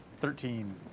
Thirteen